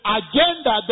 agenda